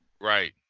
right